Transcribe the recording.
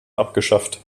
abgeschafft